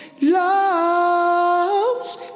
loves